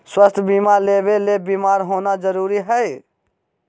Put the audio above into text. स्वास्थ्य बीमा लेबे ले बीमार होना जरूरी हय?